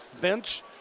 bench